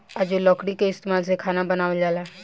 आजो लकड़ी के इस्तमाल से खाना बनावल जाला